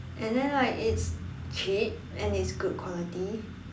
and then like it's cheap and it's good quality